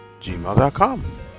gmail.com